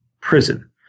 prison